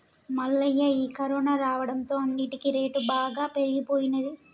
మల్లయ్య ఈ కరోనా రావడంతో అన్నిటికీ రేటు బాగా పెరిగిపోయినది